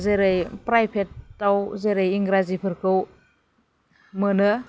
जेरै प्राइभेट थाव जेरै इंराजि फोरखौ मोनो